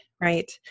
right